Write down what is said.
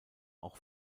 auch